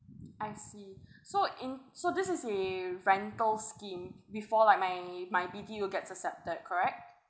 I see so in so this is a rental scheme before like my my B_T_O gets accepted correct